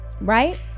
right